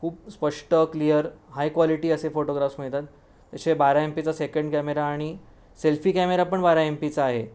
खूप स्पष्ट clear high quality असे फोटोग्राफ्स मिळतात असे बारा एम पीचा सेकंड कॅमेरा आणि सेल्फी कॅमेरा पण बारा एम पीचा आहे